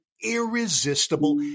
irresistible